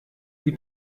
die